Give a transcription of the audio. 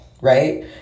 right